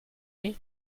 est